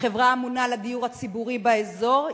החברה הממונה על הדיור הציבורי באזור,